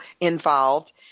involved